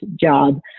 job